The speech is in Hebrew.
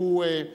שהוא,